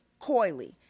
coily